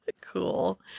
Cool